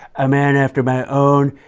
a man after my own,